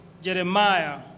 Jeremiah